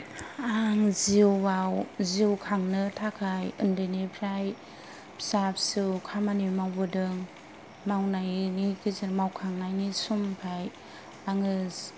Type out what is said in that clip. आं जिउआव जिउ खांनो थाखाय उन्दैनिफ्राय फिसा फिसौ खामानि मावबोदों मावनायनि गेजेर मावखांनायनि समनिफ्राय आङो